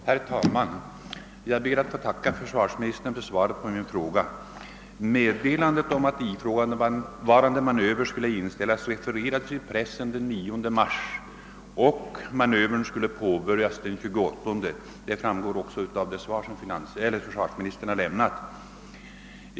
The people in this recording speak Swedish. Herr talman! Jag ber att få tacka försvarsministern för svaret på min fråga. Meddelandet om att ifrågavarande manöver skulle inställas återgavs i pressen den 9 mars, och manövern skulle påbörjas den 28 samma månad, vilket också framgår av det svar som försvarsministern här lämnat.